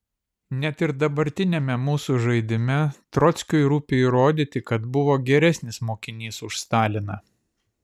net ir dabartiniame mūsų žaidime trockiui rūpi įrodyti kad buvo geresnis mokinys už staliną